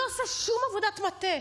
לא עשה שום עבודת מטה,